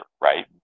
right